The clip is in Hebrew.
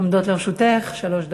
עומדות לרשותך שלוש דקות.